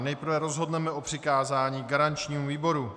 Nejprve rozhodneme o přikázání garančnímu výboru.